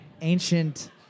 ancient